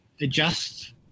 adjust